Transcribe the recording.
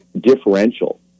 differential